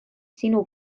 sinu